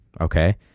okay